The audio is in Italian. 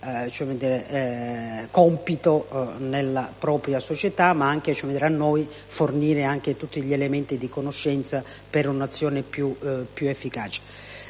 compito nella propria realtà, ma anche fornire a noi tutti gli elementi di conoscenza per un'azione più efficace.